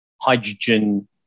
hydrogen